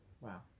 Wow